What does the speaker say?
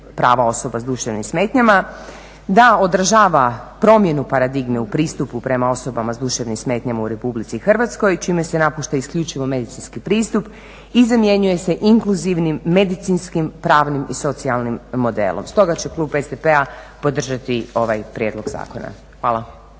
prava osoba s duševnim smetnjama da odražava promjenu paradigme u pristupu prema osobama s duševnim smetnjama u RH čime se napušta isključivo medicinski pristup i zamjenjuje se inkluzivnim medicinskim pravnim i socijalni modelom. Stoga će klub SDP-a podržati ovaj prijedlog zakona. Hvala.